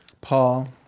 Paul